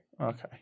Okay